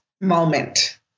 moment